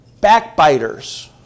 Backbiters